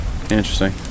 Interesting